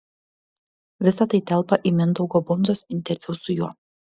visa tai telpa į mindaugo bundzos interviu su juo